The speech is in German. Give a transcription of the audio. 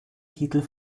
titel